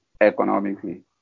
economically